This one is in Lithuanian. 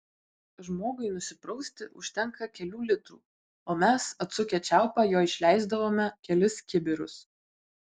žmogui nusiprausti užtenka kelių litrų o mes atsukę čiaupą jo išleisdavome kelis kibirus